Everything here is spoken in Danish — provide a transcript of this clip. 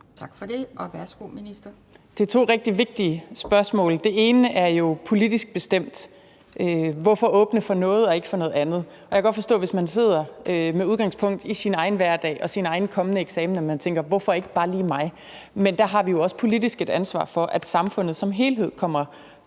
Halsboe-Jørgensen): Det er to rigtig vigtige spørgsmål. Det ene er jo politisk bestemt: Hvorfor åbne for noget og ikke for noget andet? Og jeg kan godt forstå, hvis man sidder med udgangspunkt i sin egen hverdag og sine egne kommende eksamener, at man tænker: Hvorfor ikke bare lige mig? Men der har vi jo også politisk et ansvar for, at samfundet som helhed kommer